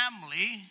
family